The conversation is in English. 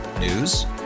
News